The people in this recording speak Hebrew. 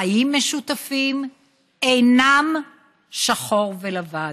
חיים משותפים אינם 'שחור ולבן',